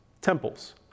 temples